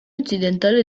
occidentale